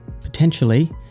potentially